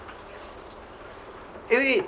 eh wait